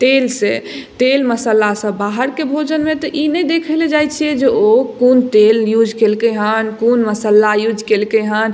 तेलसँ तेल मसल्ला सब बाहरके भोजनमे तऽ ई नहि देखय लए जाइ छियै जे ओ कोन तेल यूज कयलकइ हन कोन मसल्ला यूज कयलकइ हन